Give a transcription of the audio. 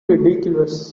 ridiculous